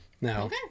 Now